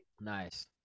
Nice